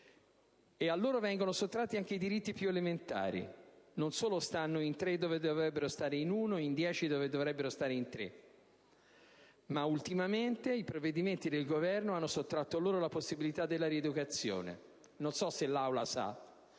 a loro vengono sottratti anche i diritti più elementari. Non solo stanno in tre dove dovrebbero stare in uno o in dieci dove dovrebbero stare in tre, ma ultimamente i provvedimenti del Governo hanno sottratto loro la possibilità della rieducazione. Non so se l'Assemblea sa